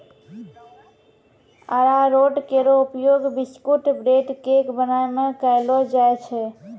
अरारोट केरो उपयोग biscuit, bread, cake बनाय म कयलो जाय छै